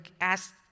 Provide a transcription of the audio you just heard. ask